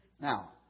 now